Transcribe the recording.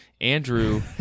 Andrew